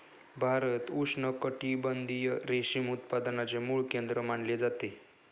भारत उष्णकटिबंधीय रेशीम उत्पादनाचे मूळ केंद्र मानले जाते